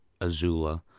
Azula